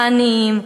העניים,